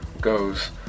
goes